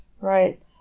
right